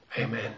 Amen